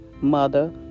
Mother